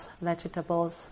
vegetables